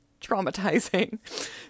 traumatizing